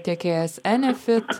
tiekėjas enefit